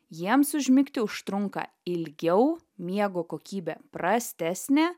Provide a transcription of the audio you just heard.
jiems užmigti užtrunka ilgiau miego kokybė prastesnė